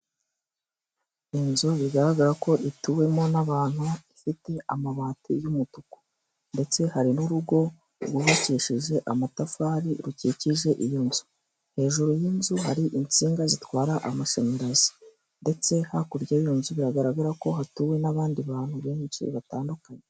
Inzu bigaragara ko ituwemo n'abantu ifite amabati y'umutuku, ndetse hari n'urugo rwubakishije amatafari rukikije iyo nzu, hejuru y'inzu hari insinga zitwara amashanyarazi, ndetse hakurya y'iyo nzu biragaragara ko hatuwe n'abandi bantu benshi batandukanye.